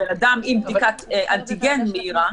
-- בן אדם עם בדיקת אנטיגן מהירה.